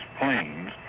planes